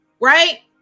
right